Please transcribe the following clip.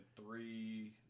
three